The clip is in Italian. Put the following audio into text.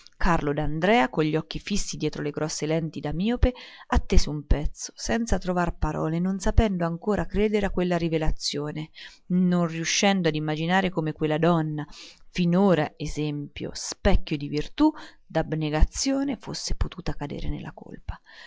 carlo d'andrea con gli occhi fissi dietro le grosse lenti da miope attese un pezzo senza trovar parole non sapendo ancor credere a quella rivelazione né riuscendo a immaginare come mai quella donna finora esempio specchio di virtù d'abnegazione fosse potuta cadere nella colpa